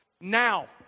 Now